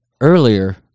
earlier